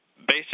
basic